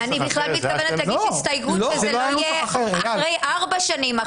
אני בכלל מתכוונת להגיש הסתייגות וזה יהיה אחרי ארבע שנים,